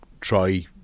try